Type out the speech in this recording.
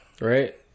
Right